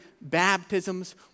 baptisms